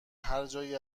هرجایی